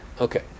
Okay